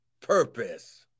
purpose